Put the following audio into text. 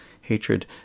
hatred